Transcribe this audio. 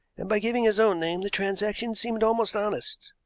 and by giving his own name the transaction seemed almost honest.